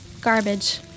garbage